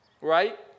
Right